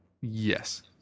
Yes